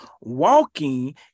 walking